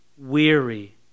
weary